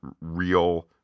real